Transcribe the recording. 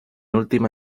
última